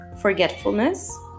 forgetfulness